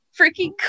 freaking